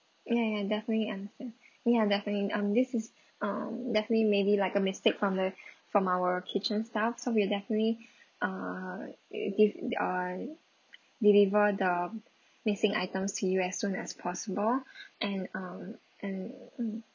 ya ya definitely understand ya definitely um this is um definitely maybe like a mistake from the from our kitchen staffs so we'll definitely uh will give uh I deliver the missing items to you as soon as possible and um and mm